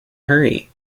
hurry